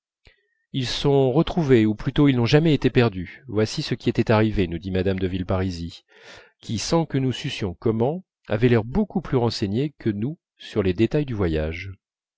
ils sont retrouvés ou plutôt ils n'ont jamais été perdus voici ce qui était arrivé nous dit mme de villeparisis qui sans que nous sussions comment avait l'air beaucoup plus renseigné que nous sur les détails du voyage